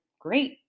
great